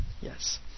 Yes